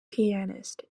pianist